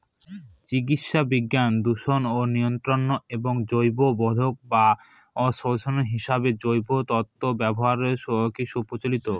চিকিৎসাবিজ্ঞান, দূষণ নিয়ন্ত্রণ এবং জৈববোধক বা সেন্সর হিসেবে জৈব তন্তুর ব্যবহার সুপ্রচলিত